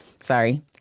sorry